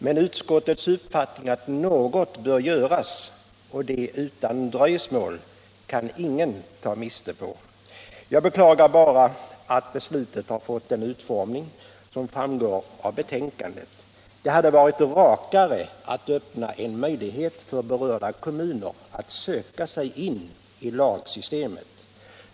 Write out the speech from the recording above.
Men utskottets uppfattning att något bör göras — och det utan dröjsmål — kan ingen ta miste på. Jag beklagar bara att beslutet har fått den utformning som framgår av betänkandet. Det hade varit rakare att öppna en möjlighet för berörda kommuner att söka sig in i lagsystemet.